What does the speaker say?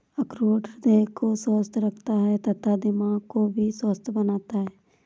अखरोट हृदय को स्वस्थ रखता है तथा दिमाग को भी स्वस्थ बनाता है